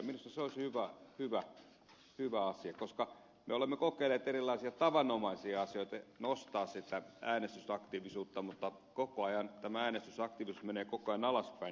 minusta se olisi hyvä asia koska me olemme kokeilleet erilaisia tavanomaisia asioita nostaa sitä äänestysaktiivisuutta mutta koko ajan tämä äänestysaktiivisuus menee alaspäin